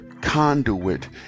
conduit